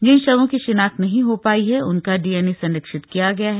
जिन शवों की शिनाख्त नहीं हो पाई है उनका डीएनए संरक्षित किया गया है